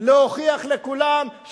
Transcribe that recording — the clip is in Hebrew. להוכיח לכולם,